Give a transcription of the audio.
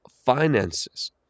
finances